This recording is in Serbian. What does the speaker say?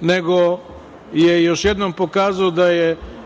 nego je i još jednom pokazao